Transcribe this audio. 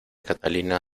catalina